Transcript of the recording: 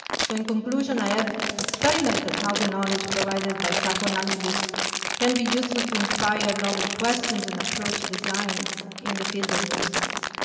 so, in conclusion, i have experimented how the knowledge provided by psychoanalysis can be useful to inspire novel questions and approach designs in the field of neuroscience.